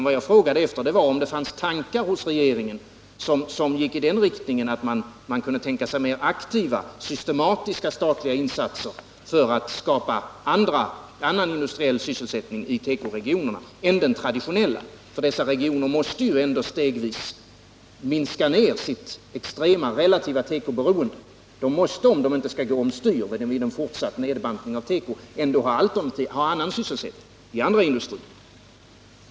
Vad jag frågade efter var om det fanns några tankar hos regeringen som gick i den riktningen att man kunde tänka sig mer aktiva och systematiska statliga insatser för att skapa annan industriell sysselsättning i tekoregionerna än den traditionella. Dessa regioner måste ändå stegvis minska sitt extrema relativa tekoberoende, men de måste, om de inte skall gå omstyr vid en fortsatt nedbantning av teko, ändå få sysselsättning i andra industrier.